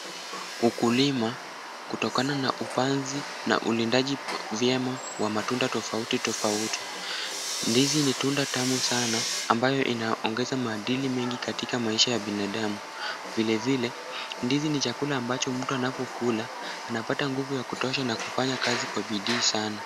Ukulima kutokana na upanzi na ulindaji vyema wa matunda tafauti tafauti. Ndizi ni tunda tamu sana ambayo inaongeza maadili mengi katika maisha ya binadamu, vile vile ndizi ni chakula ambacho mtu anapokula anapata nguvu ya kutosha na kufanya kazi kwa bidii sana.